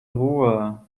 ruhe